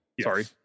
Sorry